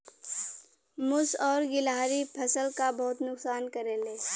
मुस और गिलहरी फसल क बहुत नुकसान करेले